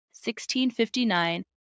1659